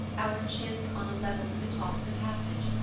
our chins on a level with the top of the passage,